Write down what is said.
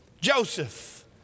Joseph